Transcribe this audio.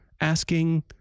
asking